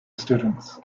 students